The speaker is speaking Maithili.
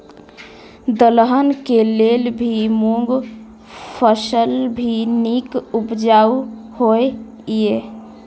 दलहन के लेल भी मूँग फसल भी नीक उपजाऊ होय ईय?